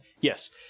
Yes